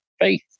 faith